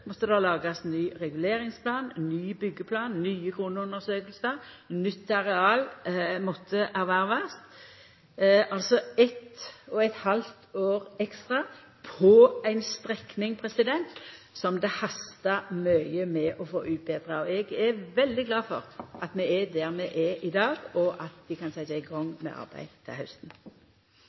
måtte vi, viss det var snakk om ei utviding, både laga ny reguleringsplan, ny byggjeplan, nye grunnundersøkingar, og nytt areal måtte ervervast, altså eit og eit halvt år ekstra på ei strekning som det hastar mykje med å få utbetra. Eg er veldig glad for at vi er der vi er i dag, og at vi kan setja i gang med arbeidet til hausten.